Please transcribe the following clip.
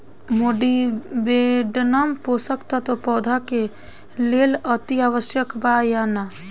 Molybdenum पोषक तत्व पौधा के लेल अतिआवश्यक बा या न?